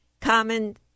common